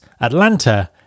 Atlanta